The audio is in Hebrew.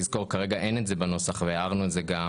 שכרגע אין בנוסח והערנו על זה גם